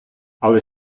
але